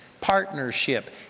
partnership